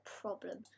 problem